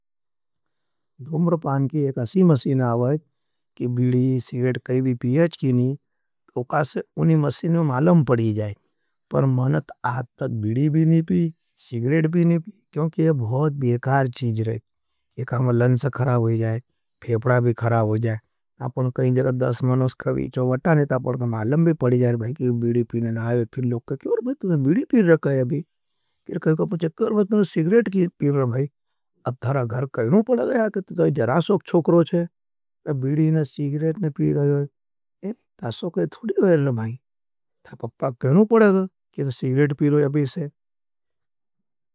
दुम्रपान की एक अशी मशीन आ वाई, कि बीडी, सिगरेट काई भी पी अच्छी नहीं। तो कासे उनी मशीन में मालम पड़ी जाए, पर मनत आथ तक बीडी भी नहीं पी, सिगरेट भी नहीं पी। क्योंकि ये बहुत बेकार चीज रहे, ये काम लंस ख़रा हो जाए, फेप करते तो ये जराशोक चोकरों चे। कि बीडी ने, सिगरेट ने पी रहे, ये ताशोक ये थूड़ी थोड़ी नहीं है नहीं भाई, ताई पपा कहनूँ पड़े थो, कि तो सिगरेट पी रहे अभी से।